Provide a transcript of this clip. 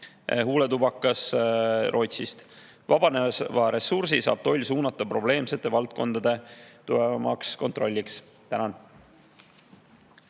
huuletubakat Rootsist. Vabaneva ressursi saab toll suunata probleemsete valdkondade tugevamaks kontrolliks. Tänan!